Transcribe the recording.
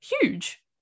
Huge